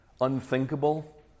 unthinkable